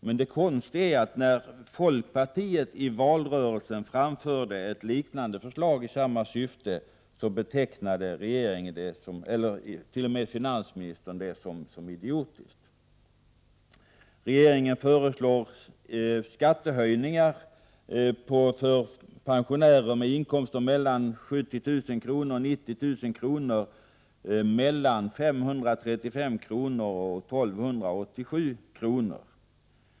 Men när folkpartiet lade fram ett liknande förslag i valrörelsen, betecknade t.o.m. finansministern detta konstigt nog som idiotiskt. För pensionärer med inkomster mellan 70 000 och 90 000 kr. föreslår regeringen skattehöjningar på 535-1 287 kr.